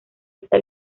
esta